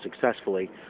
successfully